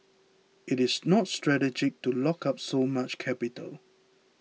it is not strategic to lock up so much capital